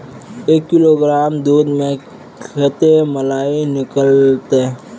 एक किलोग्राम दूध में कते मलाई निकलते?